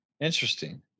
Interesting